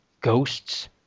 Ghosts